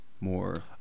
more